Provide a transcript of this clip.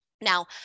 Now